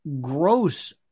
gross